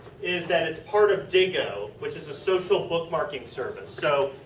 is that it is part of diigo, which is a social bookmarking service. so,